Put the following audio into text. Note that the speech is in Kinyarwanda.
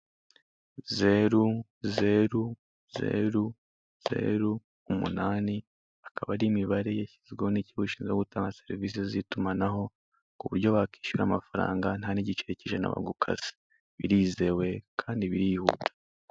Zeru zeru zeru zeru umunani akaba ari imibare yanshyizweho n'ikigo gishinzwe gutanga serivise z'itumanaho ku buryo wakishyura amafaranga nta n'igiceri k'ijana bagukase, birizwe kandi birihuta.